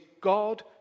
God